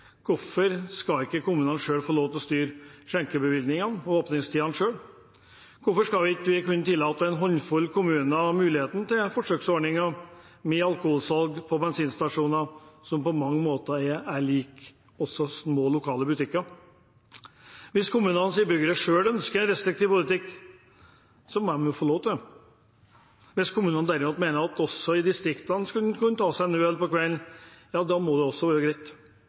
Hvorfor skal ikke kommunene selv få styre skjenkebevilgningene og åpningstidene? Hvorfor skal vi ikke kunne tillate en håndfull kommuner muligheten til en forsøksordning med alkoholsalg på bensinstasjoner, som på mange måter er som små lokale butikker? Hvis kommunens innbyggere selv ønsker en restriktiv politikk, må de jo få lov til det. Hvis kommunene derimot mener at en også i distriktene skal kunne ta seg en øl på kvelden, må det også være greit.